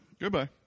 Goodbye